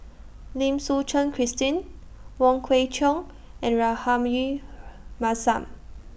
Lim Suchen Christine Wong Kwei Cheong and Rahayu Mahzam